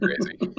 crazy